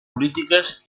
polítiques